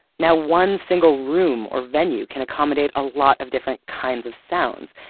now, one single room or venue can accommodate a lot of different kinds of sounds.